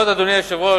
אדוני היושב-ראש,